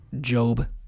Job